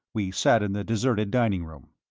we sat in the deserted dining room.